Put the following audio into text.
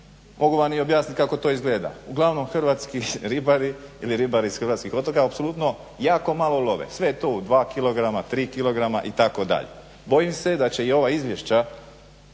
Mogu vam i objasniti kako to izgleda. Uglavnom hrvatski ribari ili ribari iz hrvatskih otoka apsolutno jako malo love, sve je tu dva kg, tri kg itd. Bojim se da će i ova izvješća